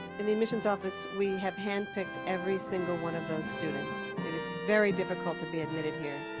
in the admissions office, we have handpicked every single one of those students. it is very difficult to be admitted here.